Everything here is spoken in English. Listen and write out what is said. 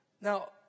Now